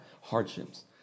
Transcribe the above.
hardships